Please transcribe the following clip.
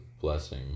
blessing